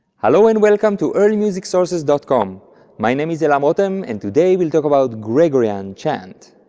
hello and welcome to early music sources dot com my name is elam rotem, and today we'll talk about gregorian chant.